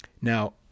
Now